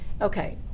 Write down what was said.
Okay